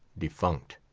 defunct.